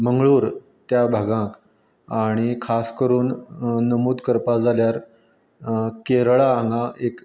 मंगळूर त्या भागांत आनी खास करून नमूद करपा जाल्यार केरळा हांगा एक